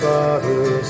Father